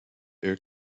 air